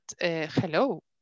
hello